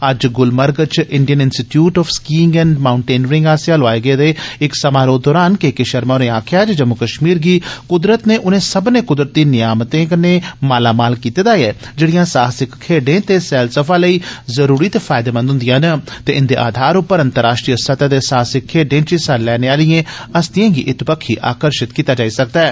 अज्ज गुलमर्ग च Indian institute of skiing and mountaineering आस्सेआ लोआए गेदे इक समारोह दरान के के शर्मा होरें आक्खेआ जे जम्मू कश्मीर गी कुदरत नै उनें सब्बने कुदरती नियामते कन्नै मालामाल कीते दा ऐ जेह्ड़ियां साहसिक खेड्डे ते सैलसफा लेई जरूरी ते फैयदेमंद होंदिया न ते जिंदे आधार पर अंतर्राश्ट्रीय सतह दे साहसिक खेड्डे च हिस्सा लैने आलिए हस्तिए गी इत्त बक्खी आकर्शत कीता जाई सकदा ऐ